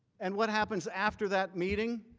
and what happens after that meeting?